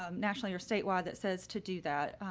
um nationally or statewide that says to do that,